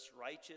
righteous